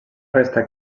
resta